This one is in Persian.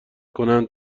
کنند